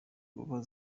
uba